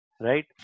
Right